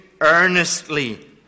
earnestly